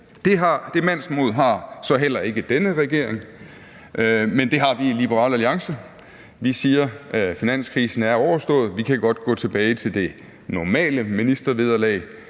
Det mandsmod har denne regering så heller ikke, men det har vi i Liberal Alliance. Vi siger, at finanskrisen er overstået, og at man godt kan gå tilbage til det normale ministervederlag,